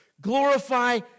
glorify